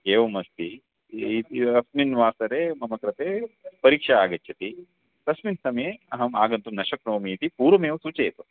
एवमस्ति अस्मिन् वासरे मम कृते परीक्षा आगच्छति तस्मिन् समये अहम् आगन्तुं न शक्नोमि इति पूर्वमेव सूचयतु